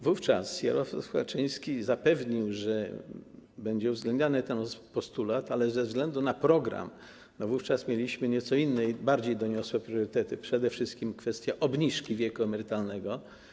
Wówczas Jarosław Kaczyński zapewnił, że będzie uwzględniony ten postulat, ale z uwagi na program wówczas mieliśmy nieco inne, bardziej doniosłe priorytety, przede wszystkim kwestię obniżki wieku emerytalnego.